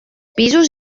pisos